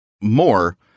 more